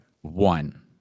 One